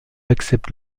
accepte